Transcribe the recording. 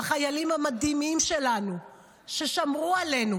החיילים המדהימים שלנו ששמרו עלינו,